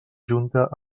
junta